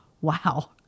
wow